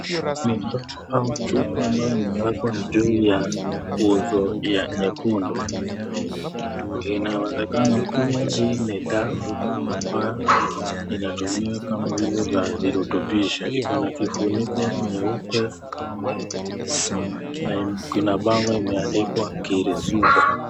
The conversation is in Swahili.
Ni mdomo au chupa ambalo limewekwa juu ya uso ya nyekundu. Inawezekana kuwa hii ni dawa ambayo inatumiwa kama vile virutubisho. Iko na kifuniko nyeupe na kuna bango imeandikwa ngiri sunga.